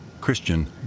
Christian